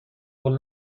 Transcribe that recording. وول